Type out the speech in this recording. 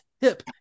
hip